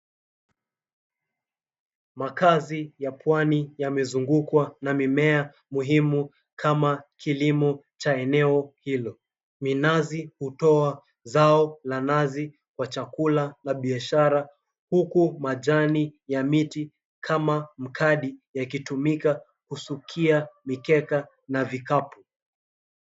Makazi ya pwani yamezungukwa na mimea muhimu kama kilimo cha eneo hilo. Minazi hutoa zao la nazi kwa chakula na biashara huku majani ya miti kama mkadi yakitumika kusukia mikeka na vikapu.